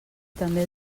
també